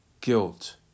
guilt